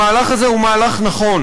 המהלך הזה הוא מהלך נכון,